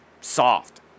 soft